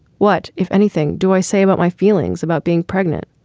what, if anything, do i say about my feelings about being pregnant?